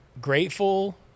grateful